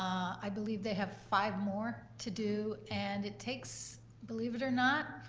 i believe they have five more to do, and it takes, believe it or not,